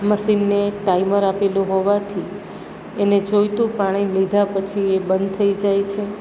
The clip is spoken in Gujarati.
મશીનને ટાઈમર આપેલું હોવાથી એને જોઈતું પાણી લીધા પછી એ બંધ થઈ જાય છે